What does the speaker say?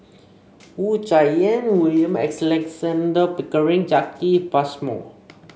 Wu Tsai Yen William Alexander Pickering Jacki Passmore